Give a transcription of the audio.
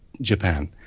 Japan